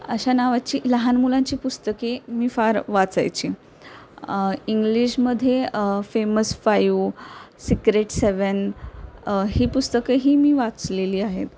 अशा नावाची लहान मुलांची पुस्तके मी फार वाचायची इंग्लिशमध्ये फेमस फायू सिक्रेट सेवन ही पुस्तकंही मी वाचलेली आहेत